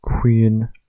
queen